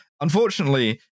Unfortunately